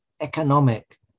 economic